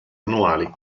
annuali